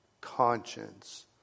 conscience